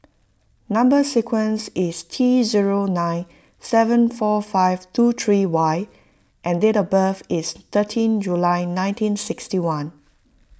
Number Sequence is T zero nine seven four five two three Y and date of birth is thirteen July nineteen sixty one